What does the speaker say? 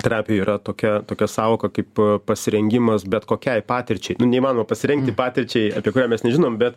terapija yra tokia tokia sąvoka kaip pasirengimas bet kokiai patirčiai nu neįmanoma pasirengti patirčiai apie kurią mes nežinom bet